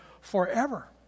forever